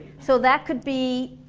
so that could be